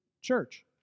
church